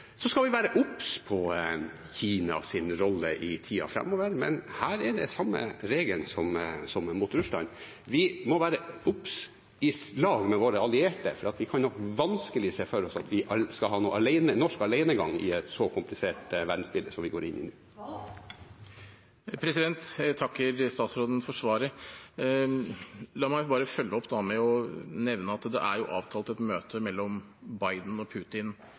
Så skal vi være obs på Kinas rolle i tida framover. Men her er det samme regel som overfor Russland. Vi må være obs i lag med våre allierte, for vi kan vanskelig se for oss at vi skal ha noe norsk alenegang i et så komplisert verdensbilde som vi går inn i nå. Jeg takker statsråden for svaret. La meg bare følge opp med å nevne at det er avtalt et møte mellom Biden og Putin